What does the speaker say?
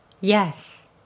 yes